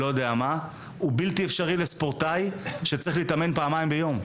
הוא בלתי-אפשרי לספורטאי שצריך להתאמן פעמיים ביום,